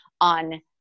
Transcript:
on